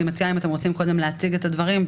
אתם רוצים קודם להציג את הדברים,